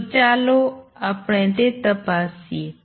તો ચાલો આપણે તે તપાસીએ